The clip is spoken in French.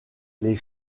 les